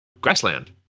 grassland